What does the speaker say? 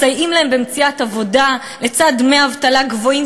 מסייעים להם במציאת עבודה לצד דמי אבטלה גבוהים,